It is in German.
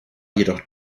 jedoch